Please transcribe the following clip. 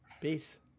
Peace